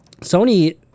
Sony